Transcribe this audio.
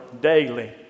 daily